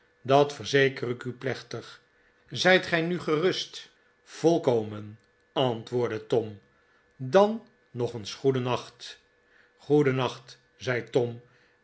dat verzeker ik u plechtig zij t gij mi gerust volkomen antwoordde tom dan nog eens goedennacht goedennacht zei tom